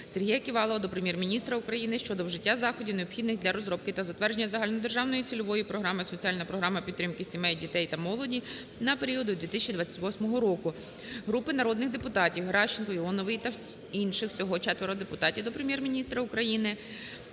Сергія Ківалова до Прем'єр-міністра України щодо вжиття заходів необхідних для розробки та затвердження загальнодержавної цільової програми "Соціальна програма підтримки сімей, дітей та молоді" на період до 2028 року. Групи народних депутатів (Геращенко, Іонової та інших, всього 4 депутатів) до Прем'єр-міністра України